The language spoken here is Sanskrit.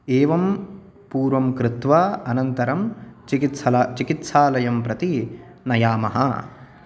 एवं पूर्वं कृत्वा अनन्तरं चिकित्सालं चिकित्सालयं प्रति नयामः